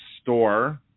store